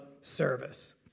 service